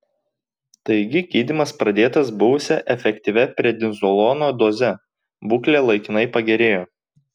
taigi gydymas pradėtas buvusia efektyvia prednizolono doze būklė laikinai pagerėjo